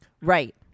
Right